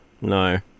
No